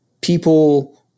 People